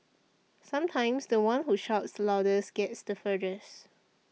sometimes the one who shouts the loudest gets the furthest